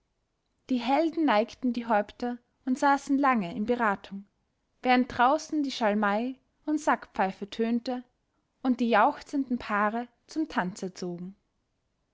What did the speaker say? die helden neigten die häupter und saßen lange in beratung während draußen die schalmei und sackpfeife tönte und die jauchzenden paare zum tanze zogen